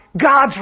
God's